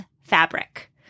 fabric